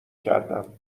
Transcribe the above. کردم